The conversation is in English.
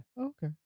Okay